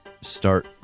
start